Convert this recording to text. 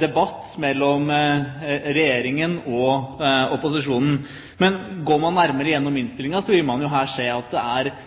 debatt mellom Regjeringen og opposisjonen, men går man nærmere gjennom innstillingen, vil man se at det er